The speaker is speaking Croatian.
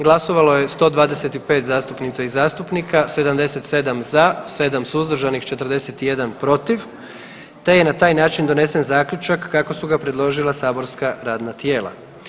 Glasovalo je 125 zastupnica i zastupnika, 77 za, 7 suzdržanih, 41 protiv te je na taj način donesen zaključak kako su ga predložila saborska radna tijela.